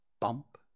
bump